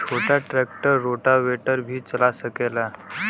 छोटा tractor rotavator भी चला सकेला?